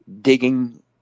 digging